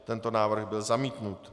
Tento návrh byl zamítnut.